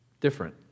different